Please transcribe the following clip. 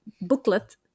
booklet